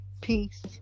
Peace